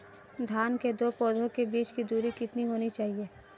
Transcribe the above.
धान के दो पौधों के बीच की दूरी कितनी होनी चाहिए?